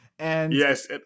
Yes